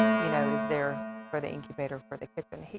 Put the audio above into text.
you know, is there for the incubator for the kitchen,